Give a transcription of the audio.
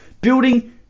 Building